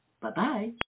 Bye-bye